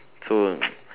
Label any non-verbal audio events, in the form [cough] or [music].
so [noise]